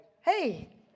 Hey